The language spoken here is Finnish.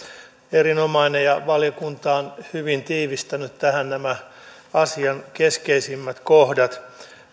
erinomainen ja valiokunta on hyvin tiivistänyt tähän nämä asian keskeisimmät kohdat